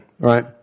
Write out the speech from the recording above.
right